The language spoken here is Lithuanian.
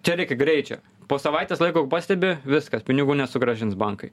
čia reikia greičio po savaitės laiko jeigu pastebi viskas pinigų nesugrąžins bankai